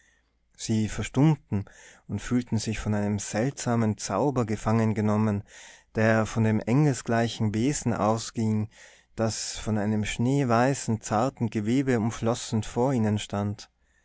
sie verstummten und fühlten sich von einem seltsamen zauber gefangen genommen der von dem engelgleichen wesen ausging das von einem schneeweißen zarten gewebe umflossen vor ihnen stand